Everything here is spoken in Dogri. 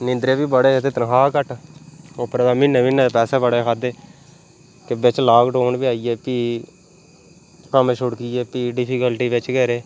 निदरें बी बड़े ते तनखाह् घट्ट उप्परा दा म्हीने म्हीने दा पैसे बड़े खाद्धे ते बिच्च लॉक डाउन आई गेआ फ्ही कम्म छुड़की गेआ फ्ही डिफिकल्टी बिच्च गै रेह्